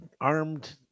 armed